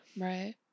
right